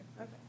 Okay